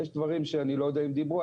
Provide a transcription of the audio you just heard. יש דברים שאני לא יודע אם דיברו.